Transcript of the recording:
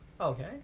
Okay